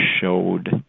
showed